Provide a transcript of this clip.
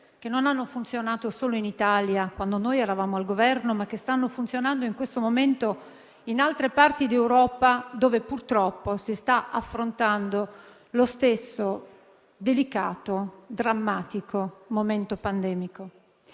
che hanno funzionato non solo in Italia quando noi eravamo al Governo, ma anche in questo momento in altre parti d'Europa, dove purtroppo si sta affrontando lo stesso delicato, drammatico momento pandemico.